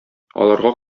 аларга